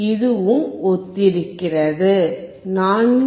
இதுவும் ஒத்திருக்கிறது 4